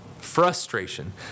Frustration